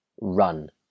run